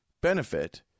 benefit